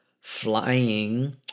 flying